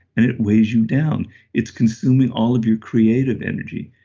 and it weighs you down it's consuming all of your creative energy.